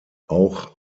auch